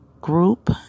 group